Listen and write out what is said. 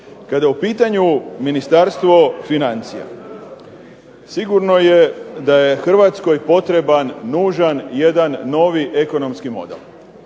Kada je u pitanju Ministarstvo financija, sigurno je da je Hrvatskoj potreban, nužan jedan novi ekonomski model.